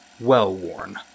well-worn